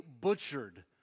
butchered